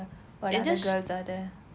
it just sh~